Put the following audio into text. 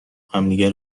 همدیگه